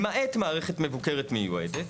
למעט מערכת מבוקרת מיועדת,